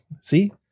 See